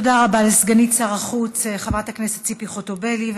תודה רבה לסגנית שר החוץ חברת הכנסת ציפי חוטובלי.